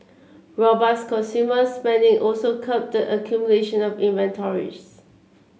robust consumers spending also curbed the accumulation of inventories